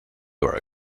were